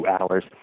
hours